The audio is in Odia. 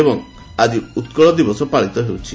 ଏବଂ ଆଜି ଉତ୍କଳ ଦିବସ ପାଳିତ ହେଉଛି